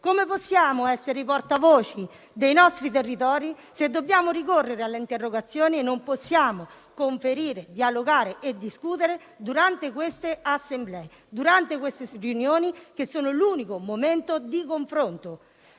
Come possiamo essere i portavoce dei nostri territori, se dobbiamo ricorrere alle interrogazioni e non possiamo conferire, dialogare e discutere durante queste riunioni, che sono l'unico momento di confronto?